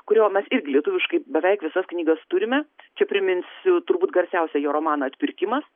kurio mes irgi lietuviškai beveik visas knygas turime čia priminsiu turbūt garsiausią jo romaną atpirkimas